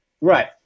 Right